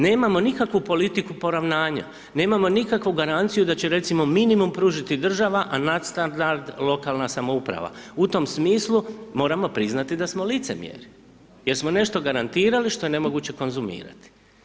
Nemamo nikakvu politiku poravnanja, nemamo nikakvu garanciju da će recimo minimum pružiti država, a nadstandard lokalna samouprava, u tom smislu moramo priznati da smo licemjeri, jer smo nešto garantirali što je nemoguće konzumirati.